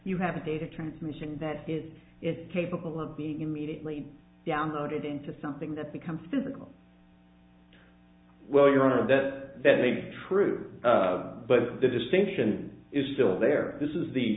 you have a data transmission that is capable of being immediately downloaded into something that becomes physical well your honor that that a true but the distinction is still there this is the